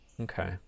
okay